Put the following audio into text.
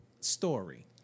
Story